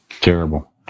Terrible